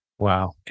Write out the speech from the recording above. Wow